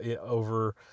over